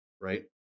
right